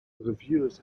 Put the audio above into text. reviewers